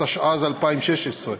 התשע"ז 2016,